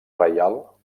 reial